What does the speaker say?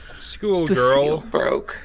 schoolgirl